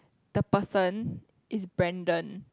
the person is Brandon